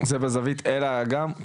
זו הזווית אל האגם?